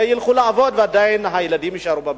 ועדיין הילדים יישארו בבית.